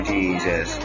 Jesus